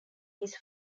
his